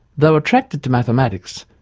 though attracted to mathematics,